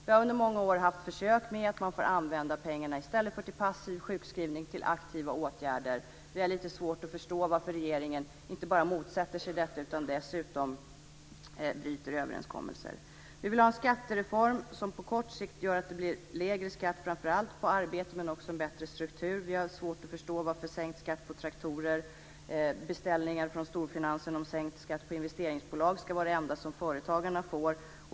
Man har under många år på försök fått använda pengarna till aktiva åtgärder i stället för till passiv sjukskrivning. Vi har lite svårt att förstå varför regeringen inte bara motsätter sig detta utan dessutom bryter överenskommelser. Vi vill ha en skattereform som på kort sikt gör att det blir lägre skatt framför allt på arbete, men också en bättre struktur. Vi har svårt att förstå varför sänkt skatt på traktorer och sänkt skatt på investeringsbolag - en beställning från storfinansen - ska vara det enda som företagarna får.